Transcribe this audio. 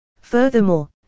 Furthermore